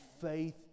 Faith